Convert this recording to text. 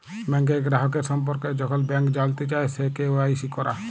ব্যাংকের গ্রাহকের সম্পর্কে যখল ব্যাংক জালতে চায়, সে কে.ওয়াই.সি ক্যরা